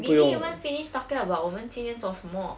we didn't even finished talking about 我们今天做什么